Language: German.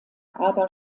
aber